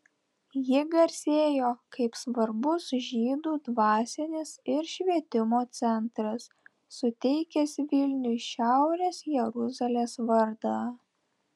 ji garsėjo kaip svarbus žydų dvasinis ir švietimo centras suteikęs vilniui šiaurės jeruzalės vardą